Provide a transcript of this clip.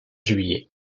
juillet